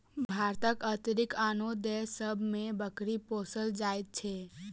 भारतक अतिरिक्त आनो देश सभ मे बकरी पोसल जाइत छै